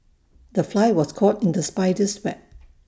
the fly was caught in the spider's web